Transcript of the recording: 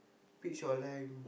peach or lime